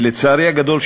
לצערי הגדול,